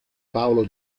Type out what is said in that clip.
paolo